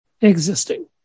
existing